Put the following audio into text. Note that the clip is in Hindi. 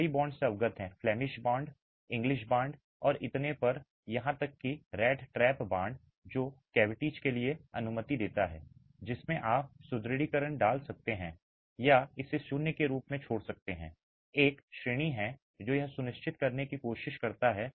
आप कई बॉन्ड से अवगत हैं फ्लेमिश बॉन्ड इंग्लिश बॉन्ड और इतने पर यहां तक कि रैट ट्रैप बॉन्ड जो कैविटीज़ के लिए अनुमति देता है जिसमें आप सुदृढीकरण डाल सकते हैं या इसे शून्य के रूप में छोड़ सकते हैं एक श्रेणी है जो यह सुनिश्चित करने की कोशिश करता है